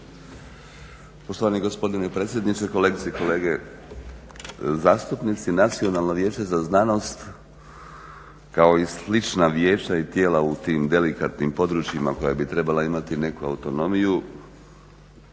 poštovani gospodine predsjedniče, kolegice i kolege zastupnici, Nacionalno vijeće za znanost kao i slična vijeća i tijela u tim delikatnim područjima koja bi trebala imati nekakvu autonomiju,